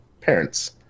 parents